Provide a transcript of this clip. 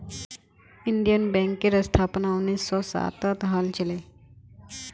Indian बैंकेर स्थापना उन्नीस सौ सातत हल छिले